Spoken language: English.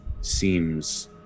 seems